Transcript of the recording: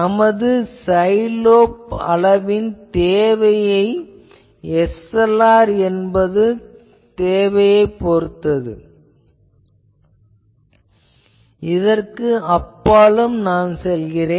நமது side lobe அளவின் தேவையை SLR என்பதன் தேவையைப் பொறுத்து இதற்கு அப்பாலும் செல்கிறேன்